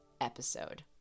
episode